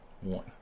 One